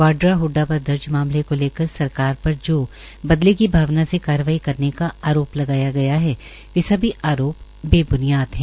वाड्रा हडडा पर दर्ज मामले को लेकर सरकार पर जो बदले की भावना से कार्यवाही करने का आरोप लगाया गया सभी आरोप बेब्नियाद है